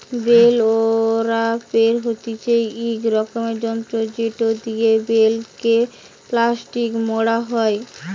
bell ওরাপের হতিছে ইক রকমের যন্ত্র জেটো দিয়া বেল কে প্লাস্টিকে মোড়া হই